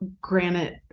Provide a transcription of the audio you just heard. granite